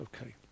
Okay